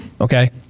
Okay